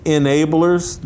enablers